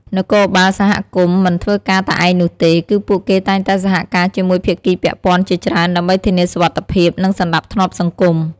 នគរបាលសហគមន៍ មិនធ្វើការតែឯងនោះទេ គឺពួកគេតែងតែសហការជាមួយភាគីពាក់ព័ន្ធជាច្រើន ដើម្បីធានាសុវត្ថិភាព និងសណ្ដាប់ធ្នាប់សង្គម។